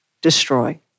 destroy